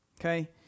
Okay